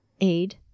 aid